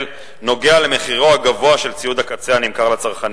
קשור למחירו הגבוה של ציוד הקצה הנמכר לצרכנים.